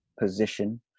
position